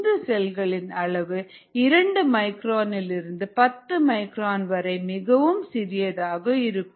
இந்த செல்களின் அளவு 2 மைக்ரான் இலிருந்து 10 மைக்ரான் வரை மிகவும் சிறியதாக இருக்கும்